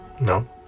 No